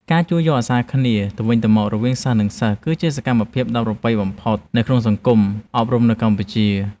ការជួយយកអាសាគ្នាទៅវិញទៅមករវាងសិស្សនិងសិស្ស គឺជាសកម្មភាពដ៏ប្រពៃបំផុតនៅក្នុងសង្គមអប់រំនៅកម្ពុជា។